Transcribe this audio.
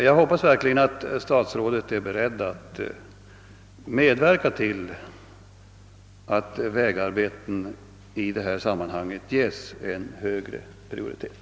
Jag hoppas verkligen att statsrådet är beredd att medverka till att vägarbeten i detta sammanhang ges en högre prioritet.